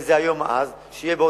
והיום זה האז בעוד חודש.